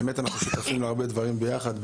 האמת שאנחנו שותפים להרבה דברים יחד,